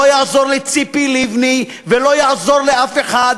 לא יעזור לציפי לבני ולא יעזור לאף אחד,